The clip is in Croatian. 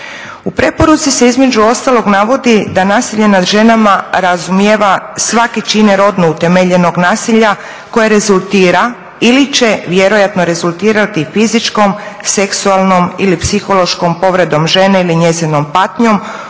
U preporuci se između ostalog navodi da nasilje nad ženama razumijeva svaki čin rodno utemeljenog nasilja koje rezultira ili će vjerojatno rezultirati fizičkom, seksualnom ili psihološkom povredom žene ili njezinom patnjom